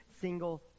single